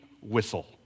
whistle